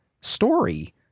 story